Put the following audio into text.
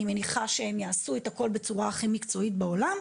אני מניחה שהם יעשו את הכול בצורה הכי מקצועית בעולם,